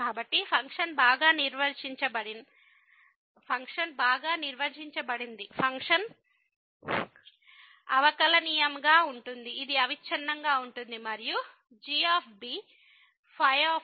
కాబట్టి ఫంక్షన్ బాగా నిర్వచించబడింది ఫంక్షన్ అవకలనియమంగా ఉంటుంది ఇది అవిచ్ఛిన్నంగా ఉంటుంది మరియు g ϕ ϕ కు సమానం